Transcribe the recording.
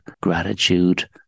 gratitude